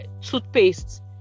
toothpaste